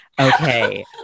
okay